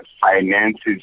finances